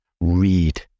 Read